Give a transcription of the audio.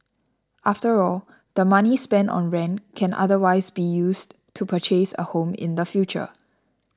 after all the money spent on rent can otherwise be used to purchase a home in the future